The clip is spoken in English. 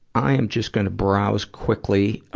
i am just gonna browse quickly, ah,